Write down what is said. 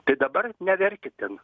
tai dabar neverkit ten